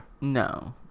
no